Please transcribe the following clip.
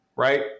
Right